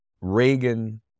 Reagan